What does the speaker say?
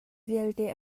vialte